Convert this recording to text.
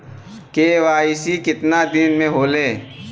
KYC कितना दिन में होले?